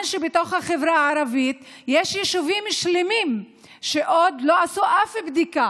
שבתוך החברה הערבית יש יישובים שלמים שעוד לא עשו אף בדיקה?